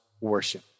worship